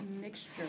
mixture